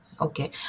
Okay